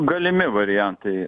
galimi variantai